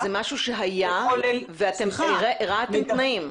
זה משהו שהיה ואתם הרעתם את התנאים.